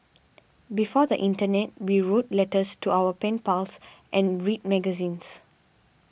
before the internet we wrote letters to our pen pals and read magazines